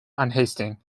unhasting